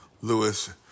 Lewis